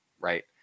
right